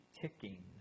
ticking